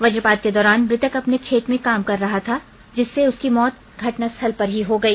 वजपात के दौरान मृतक अपने खेत में काम कर रहा था जिससे उसकी मौत घटनास्थल पर ही हो गई